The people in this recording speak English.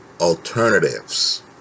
alternatives